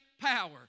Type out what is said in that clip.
power